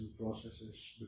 processes